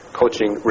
coaching